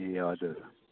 ए हजुर